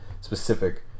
specific